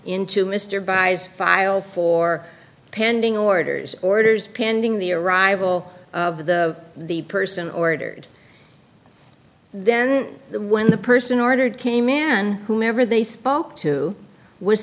into mr baez file for pending orders orders pending the arrival of the the person ordered then when the person ordered k man whomever they spoke to was